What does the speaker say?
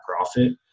profit